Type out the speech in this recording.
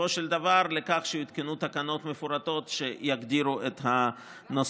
בסופו של דבר לכך שיותקנו תקנות מפורטות שיגדירו את הנושא.